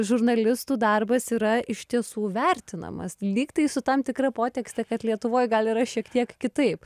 žurnalistų darbas yra iš tiesų vertinamas lyg tai su tam tikra potekste kad lietuvoj gal yra šiek tiek kitaip